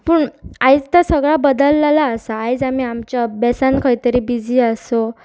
पूण आयज तो सगळ्या बदललेला आसा आयज आमी आमच्या अभ्यासान खंय तरी बिजी आसूं